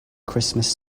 christmas